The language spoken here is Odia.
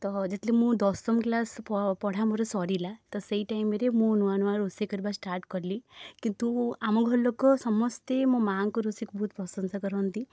ତ ଯେତେବେଳେ ମୁଁ ଦଶମ କ୍ଲାସ୍ ପଢ଼ା ମୋର ସରିଲା ତ ସେଇ ଟାଇମ୍ରେ ମୁଁ ନୂଆ ନୂଆ ରୋଷେଇ କରିବା ଷ୍ଟାର୍ଟ୍ କଲି କିନ୍ତୁ ଆମ ଘରଲୋକ ସମସ୍ତେ ମୋ ମାଆଙ୍କ ରୋଷେଇକୁ ବହୁତ ପ୍ରଶଂସା କରନ୍ତି